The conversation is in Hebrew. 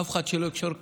אף אחד שלא יקשור כתרים,